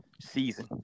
season